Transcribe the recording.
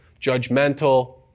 judgmental